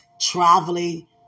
traveling